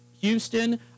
Houston